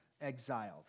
exiled